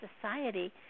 society